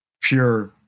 pure